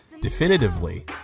definitively